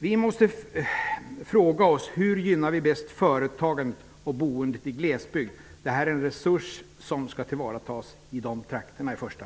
Vi måste fråga oss: Hur gynnar vi bäst företagandet och boendet i glesbygd? Detta är en resurs som skall tillvaratas i första hand i dessa trakter. Tack för ordet.